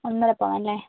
ഒന്നര പവൻ അല്ലേ